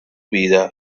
vida